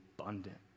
abundant